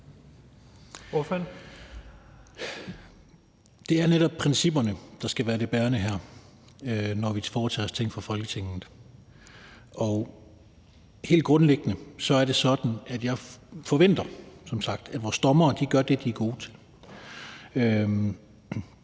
Det er netop principperne, der skal være det bærende her, når vi foretager os ting fra Folketingets side. Og helt grundlæggende er det sådan, at jeg som sagt forventer, at vores dommere gør det, de er gode til,